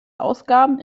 ausgaben